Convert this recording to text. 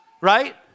right